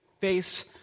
face